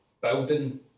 building